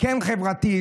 כן חברתי,